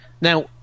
Now